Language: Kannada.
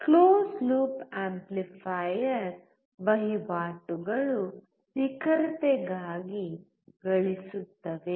ಮುಚ್ಚಿದ ಲೂಪ್ ಆಂಪ್ಲಿಫಯರ್ ವಹಿವಾಟುಗಳು ನಿಖರತೆಗಾಗಿ ಗಳಿಸುತ್ತವೆ